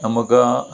നമുക്ക് ആ